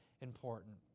important